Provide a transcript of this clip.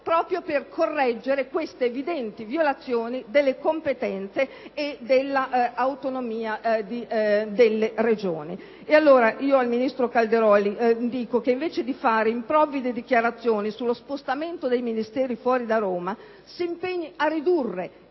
proprio per correggere queste evidenti violazioni alle competenze e all'autonomia delle Regioni. Al ministro Calderoli, invece di fare improvvide dichiarazioni sullo spostamento dei Ministeri fuori da Roma, lo invito ad impegnarsi a ridurre